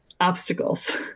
obstacles